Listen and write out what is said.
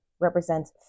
represents